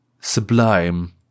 sublime